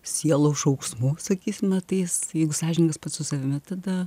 sielos šauksmu sakysime tai jis jeigu sąžiningas pats su savimi tada